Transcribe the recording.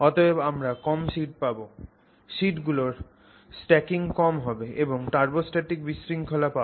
অতএব আমরা কম শিট পাবো শিট গুলোর স্ট্যাকিং কম হবে এবং টার্বোস্টাটিক বিশৃঙ্খলা পাবো